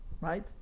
right